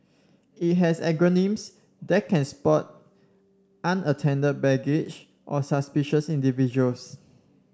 it has algorithms that can spot unattended baggage or suspicious individuals